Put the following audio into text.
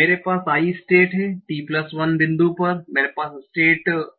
मेरे पास i state है t1 बिंदु पर मेरे पास स्टेट j